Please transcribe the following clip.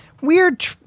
weird